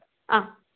ആ